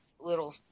little